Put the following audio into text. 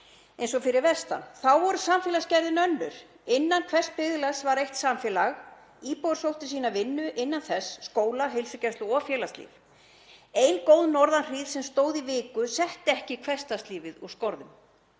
eins og fyrir vestan. Þá var samfélagsgerðin önnur. Innan hvers byggðarlags var eitt samfélag. Íbúar sóttu sína vinnu innan þess, skóla, heilsugæslu og félagslíf. Ein góð norðanhríð sem stóð í viku setti ekki hversdagslífið úr skorðum.